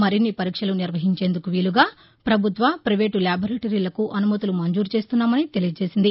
మరిన్ని పరీక్షలు నిర్వహించేందుకు వీలుగా ప్రభుత్వ పైవేటు ల్యాబొరేటరీలకు అనుమతులు మంజూరు చేస్తున్నామని తెలియజేసింది